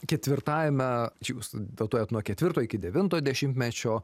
ketvirtajame jūs datuojat nuo ketvirto iki devinto dešimtmečio